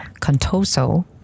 Contoso